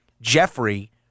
Jeffrey